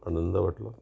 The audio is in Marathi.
आनंद वाटलं